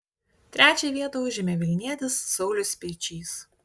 trečią vietą užėmė vilnietis saulius speičys